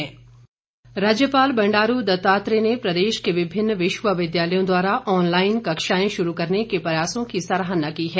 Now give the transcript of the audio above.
राज्यपाल राज्यपाल बंडारू दत्तात्रेय ने प्रदेश के विभिन्न विश्वविद्यालयों द्वारा ऑनलाईन कक्षाएं शुरू करने के प्रयासों की सराहना की है